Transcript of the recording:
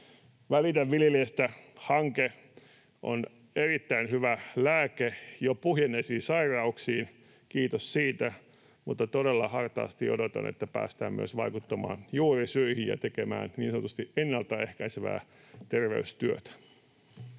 Välitä viljelijästä ‑hanke on erittäin hyvä lääke jo puhjenneisiin sairauksiin, kiitos siitä, mutta todella hartaasti odotan, että päästään myös vaikuttamaan juurisyihin ja tekemään niin sanotusti ennaltaehkäisevää terveystyötä.